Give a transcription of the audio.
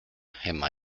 hemma